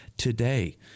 today